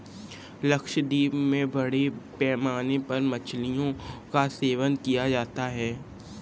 लक्षद्वीप में बड़े पैमाने पर मछलियों का सेवन किया जाता है